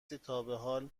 تابحال